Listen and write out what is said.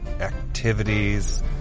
activities